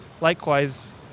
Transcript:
Likewise